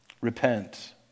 Repent